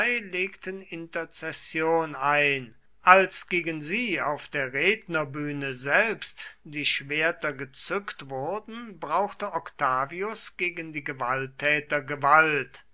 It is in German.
legten interzession ein als gegen sie auf der rednerbühne selbst die schwerter gezückt wurden brauchte octavius gegen die gewalttäter gewalt